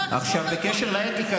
בקשר לאתיקה,